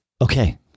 okay